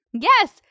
Yes